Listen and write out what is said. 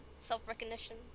self-recognition